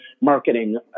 marketing